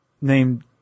named